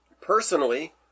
Personally